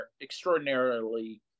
extraordinarily